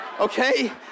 okay